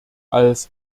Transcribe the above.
als